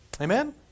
Amen